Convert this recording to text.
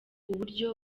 uburyo